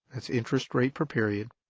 that's interest rate per period